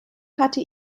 hatte